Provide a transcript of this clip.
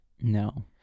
no